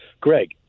Greg